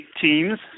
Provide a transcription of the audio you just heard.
teams